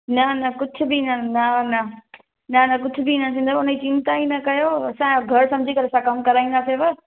न न कुझु बि न न न न न कुझु बि न थींदव हुन जी चिंता ई न कयो असांजो घरु समुझी करे असां कम कराईंदासींव